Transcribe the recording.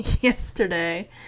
yesterday